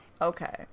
okay